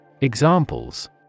Examples